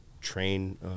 train